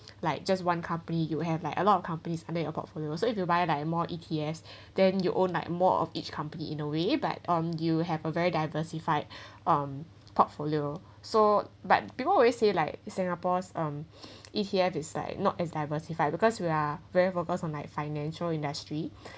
like just one company you have like a lot of companies under your portfolio so if you buy like more E_T_F then you own like more of each company in a way but um you have a very diversified um portfolio so but people always say like singapore's um E_T_F is like not as diversified because we are very focused on like financial industry